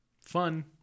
Fun